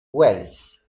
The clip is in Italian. wells